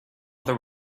their